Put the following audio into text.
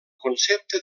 concepte